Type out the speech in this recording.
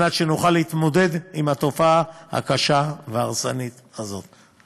וכדי שנוכל להתמודד עם התופעה הקשה וההרסנית הזאת.